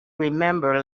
remember